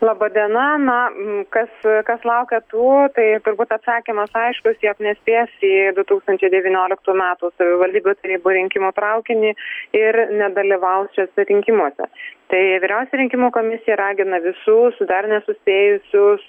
laba diena na kas kas laukia tų tai turbūt atsakymas aiškus jog nespės į du tūkstančiai devynioliktų metų savivaldybių tarybų rinkimų traukinį ir nedalyvaus šiuose rinkimuose tai vyriausioji rinkimų komisija ragina visus dar nesuspėjusius